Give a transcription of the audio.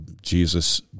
Jesus